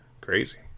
Crazy